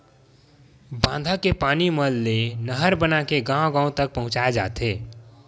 बांधा के पानी मन ले नहर बनाके गाँव गाँव तक पहुचाए जाथे